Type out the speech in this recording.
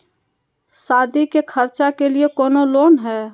सादी के खर्चा के लिए कौनो लोन है?